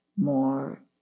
more